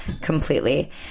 Completely